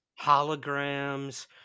Holograms